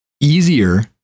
easier